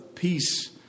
peace